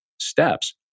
steps